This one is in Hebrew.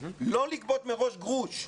לא לגבות מראש גרוש.